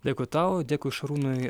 dėkui tau dėkui šarūnui